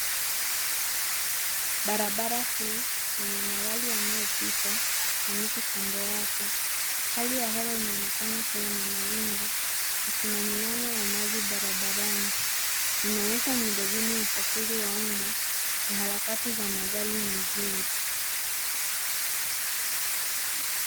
Barabara kuu yenye magari yanayopita na miti kando yake. Hali ya hewa inaonekana kua na mawingu, na kuna mianya ya maji barabarani. Inaonyesha miundo mbinu ya usafiri wa umma, na harakati za magari mjini.